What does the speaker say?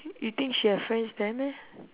y~ you think she have friends there meh